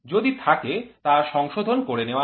যদি থাকে তা সংশোধন করে নেওয়া হয়